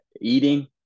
eating